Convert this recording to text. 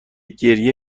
گریه